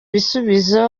bisubizo